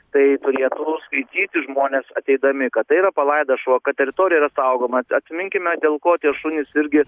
tai turėtų skaityt žmonės ateidami kad tai yra palaidas šuo kad teritorija yra saugoma atsiminkime dėl ko tie šunys irgi